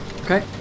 Okay